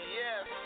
yes